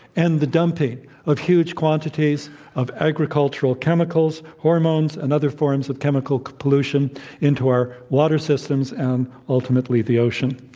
end the dumping of huge quantities of agricultural chemicals, hormones, and other forms of chemical pollution into our water systems and, ultimately, the ocean.